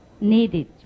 needed